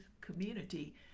community